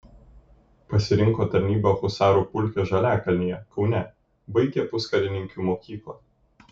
pasirinko tarnybą husarų pulke žaliakalnyje kaune baigė puskarininkių mokyklą